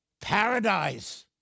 paradise